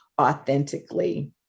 authentically